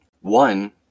One